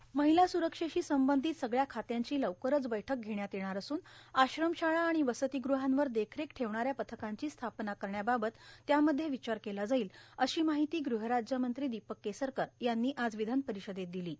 र्माहला सुरक्षेशी संबंधित सगळ्या खात्यांची लवकरच बैठक घेण्यात येणार असून आश्रमशाळा आ्राण वसतीगृहांवर देखरेख ठेवण्याऱ्या पथकांची स्थापना करण्याबाबत त्यामध्ये र्वचार केला जाईल अशी मार्गाहती गृहराज्यमंत्री दोपक केसरकर यांनी आज र्यावधानर्पारषदेत र्दिलो